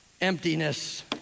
emptiness